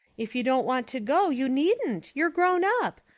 if you don't want to go you needn't. you're grown up.